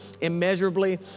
immeasurably